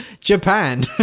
Japan